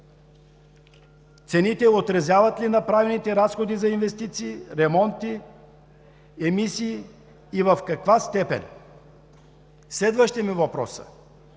Цените отразяват ли направените разходи за инвестиции, ремонти, емисии и в каква степен? Следващият ми въпрос